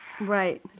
Right